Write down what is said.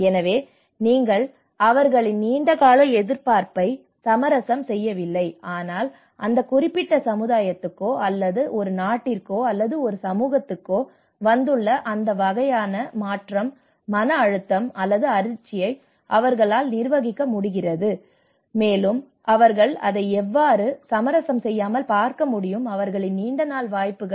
எனவே நீங்கள் அவர்களின் நீண்டகால எதிர்பார்ப்பை சமரசம் செய்யவில்லை ஆனால் அந்த குறிப்பிட்ட சமுதாயத்துக்கோ அல்லது ஒரு நாட்டிற்கோ அல்லது ஒரு சமூகத்துக்கோ வந்துள்ள அந்த வகையான மாற்றம் மன அழுத்தம் அல்லது அதிர்ச்சியை அவர்களால் நிர்வகிக்க முடிகிறது மேலும் அவர்கள் அதை எவ்வாறு சமரசம் செய்யாமல் பார்க்க முடியும் அவர்களின் நீண்டகால வாய்ப்புகள்